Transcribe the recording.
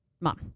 mom